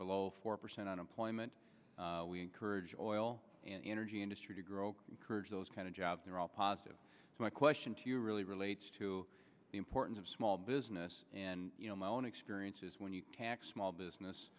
below four percent unemployment we encourage oil and energy industry to grow encourage those kind of jobs they're all positive so my question to you really relates to the importance of small business and you know my own experience is when you tax small business